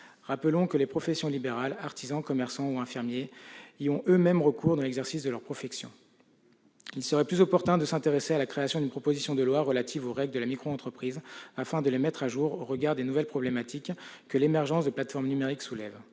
exerçant une profession libérale, les artisans, les commerçants et les infirmiers y ont eux-mêmes recours dans l'exercice de leur profession. Il serait plus opportun de s'intéresser à la rédaction d'une proposition de loi relative aux règles de la microentreprise, afin de mettre celles-ci à jour au regard des nouvelles problématiques que soulève l'émergence de plateformes numériques.